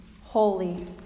holy